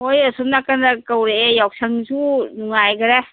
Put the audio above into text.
ꯍꯣꯏ ꯑꯁꯣꯝ ꯅꯥꯀꯟꯗ ꯀꯧꯔꯛꯑꯦ ꯌꯥꯎꯁꯪꯁꯨ ꯅꯨꯡꯉꯥꯏꯒ꯭ꯔꯦ